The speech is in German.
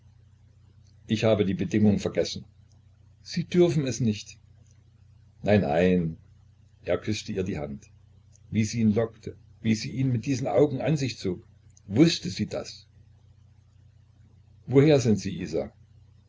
ich habe die bedingung vergessen sie dürfen es nicht nein nein er küßte ihr die hand wie sie ihn lockte wie sie ihn mit diesen augen an sich zog wußte sie das woher sind sie